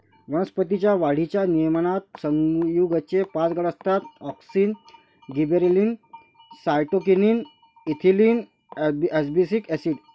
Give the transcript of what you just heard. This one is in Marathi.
वनस्पतीं च्या वाढीच्या नियमनात संयुगेचे पाच गट असतातः auxin, gibberellin, cytokinin, ethylene, abscisic acid